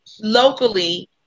locally